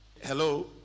hello